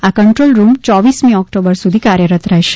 આ કંટ્રોલરૂમ ચોવીસમી ઓક્ટોબર સુધી કાર્યરત રહેશે